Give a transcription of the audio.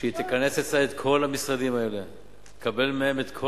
שתכנס את כל המשרדים האלה ותקבל מהם את כל